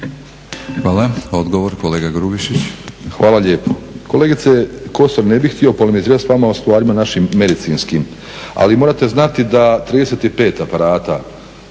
Boro (HDSSB)** Hvala lijepo. Kolegice Kosor, ne bih htio polemizirat s vama o stvarima našim medicinskim, ali morate znati da 35 aparata